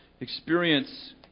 experience